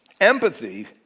Empathy